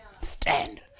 Stand